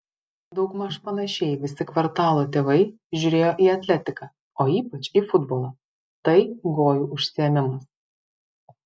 daugmaž panašiai visi kvartalo tėvai žiūrėjo į atletiką o ypač į futbolą tai gojų užsiėmimas